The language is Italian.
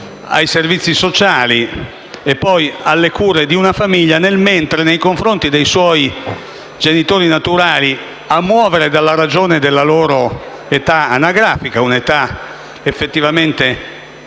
ai servizi sociali e poi alle cure di una famiglia. Nel frattempo, nei confronti dei suoi genitori naturali, a ragione della loro età anagrafica - un’età effettivamente